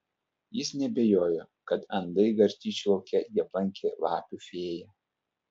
jis neabejojo kad andai garstyčių lauke jį aplankė lapių fėja